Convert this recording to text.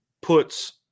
puts